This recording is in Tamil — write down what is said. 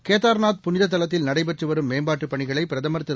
கேதார்நாத் புனிததலத்தில் நடைபெற்றுவரும் மேம்பாட்டுப் பணிகளைபிரதமர் திரு